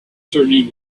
turning